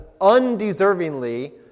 undeservingly